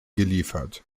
geliefert